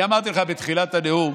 אני אמרתי לך בתחילת הנאום,